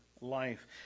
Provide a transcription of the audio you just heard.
life